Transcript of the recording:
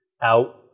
out